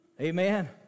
Amen